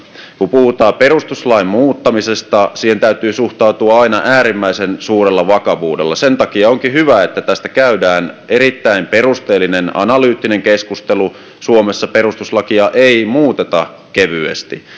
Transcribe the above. kun puhutaan perustuslain muuttamisesta siihen täytyy suhtautua aina äärimmäisen suurella vakavuudella ja sen takia onkin hyvä että tästä käydään erittäin perusteellinen analyyttinen keskustelu suomessa perustuslakia ei muuteta kevyesti